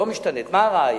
מה הראיה?